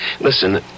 Listen